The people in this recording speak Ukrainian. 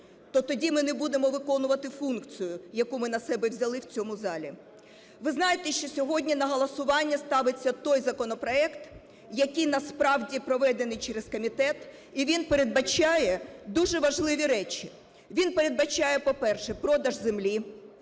то тоді ми не будемо виконувати функцію, яку ми на себе взяли в цьому залі. Ви знаєте, що сьогодні на голосування ставиться той законопроект, який насправді проведений через комітет, і він передбачає дуже важливі речі. Він передбачає: по-перше, продаж землі;